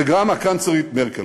וגם הקנצלרית מרקל.